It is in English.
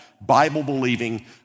Bible-believing